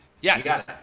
yes